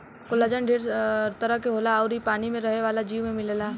collagen ढेर तरह के होला अउर इ पानी में रहे वाला जीव में मिलेला